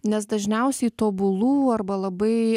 nes dažniausiai tobulų arba labai